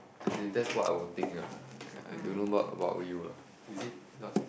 as in that's what I would think ah I I don't know what about you lah is it not